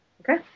Okay